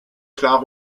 klare